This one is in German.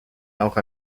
auch